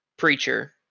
preacher